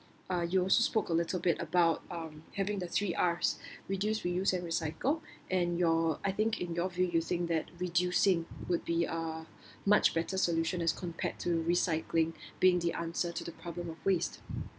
uh you also spoke a little bit about uh having the three Rs reduce reuse and recycle and your I think in your view using that reducing would be uh much better solution as compared to recycling being the answer to the problem of waste